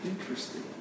interesting